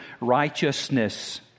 Righteousness